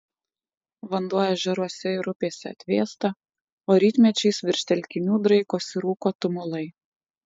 vanduo ežeruose ir upėse atvėsta o rytmečiais virš telkinių draikosi rūko tumulai